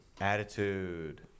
Attitude